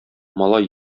малай